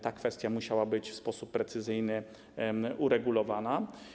Ta kwestia musiała być w sposób precyzyjny uregulowana.